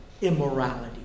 immorality